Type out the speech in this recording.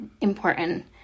important